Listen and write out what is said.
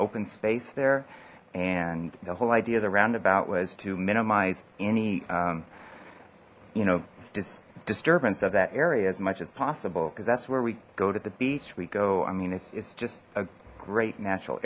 open space there and the whole idea the roundabout was to minimize any you know just disturbance of that area as much as possible because that's where we go to the beach we go i mean it's just a great natural